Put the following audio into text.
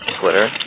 Twitter